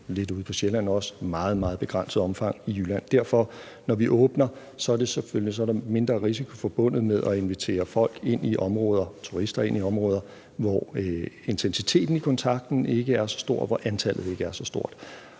lidt ude på Sjælland, og i meget, meget begrænset omfang i Jylland. Derfor er der selvfølgelig, når vi åbner, mindre risiko forbundet med at invitere folk, turister, ind i områder, hvor intensiteten i kontakten ikke er så stor, og hvor antallet ikke er så stort.